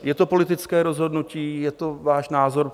Je to politické rozhodnutí, je to váš názor.